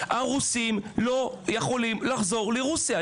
הרוסים לא יכולים לחזור לרוסיה.